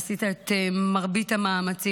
עשית את מרבית המאמצים,